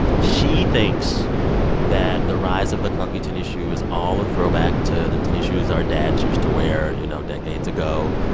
she thinks that the rise of the clunky tennis shoe is all a throwback to the tennis shoes our dads used to wear, you know, decades ago.